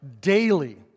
daily